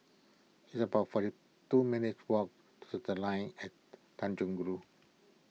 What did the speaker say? it's about forty two minutes' walk to the Line At Tanjong Rhu